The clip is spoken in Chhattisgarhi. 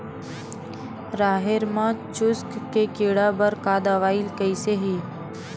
राहेर म चुस्क के कीड़ा बर का दवाई कइसे ही?